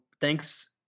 thanks